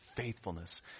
faithfulness